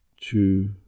two